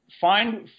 find